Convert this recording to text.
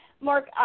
Mark